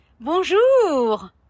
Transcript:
Bonjour